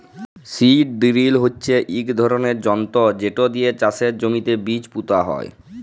seed drill হচ্যে ইক ধরলের যনতর যেট দিয়ে চাষের জমিতে বীজ পুঁতা হয়